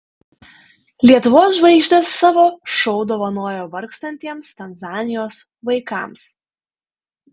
lietuvos žvaigždės savo šou dovanojo vargstantiems tanzanijos vaikams